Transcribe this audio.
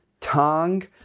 tongue